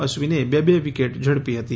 અશ્વિને બે બે વિકેટ ઝડપી હતી